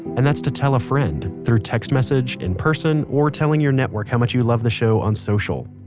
and that's to tell a friend through text message, in-person, or telling your network how much you love the show on social.